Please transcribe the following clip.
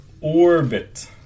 orbit